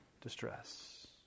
distress